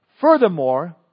furthermore